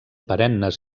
perennes